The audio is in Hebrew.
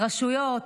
רשויות,